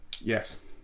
Yes